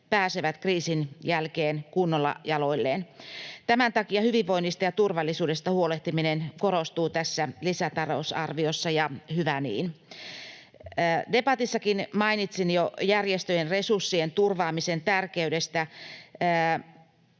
pääsevät kriisin jälkeen kunnolla jaloilleen. Tämän takia hyvinvoinnista ja turvallisuudesta huolehtiminen korostuu tässä lisätalousarviossa, ja hyvä niin. Debatissakin mainitsin jo järjestöjen resurssien turvaamisen tärkeydestä,